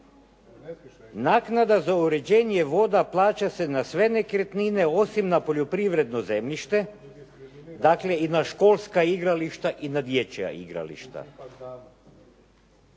naknada za uređenje voda plaća se na sve nekretnine, osim na poljoprivredno zemljište, dakle i na školska igrališta i na dječja igrališta.